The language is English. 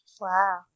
Wow